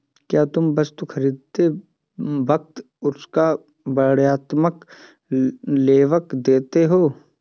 क्या तुम वस्तु खरीदते वक्त उसका वर्णात्मक लेबल देखते हो?